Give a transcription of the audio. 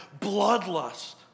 bloodlust